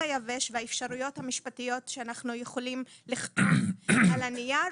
היבש והאפשריות המשפטיות שאנחנו יכולים לכתוב על הנייר,